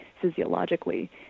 physiologically